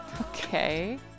okay